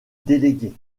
déléguée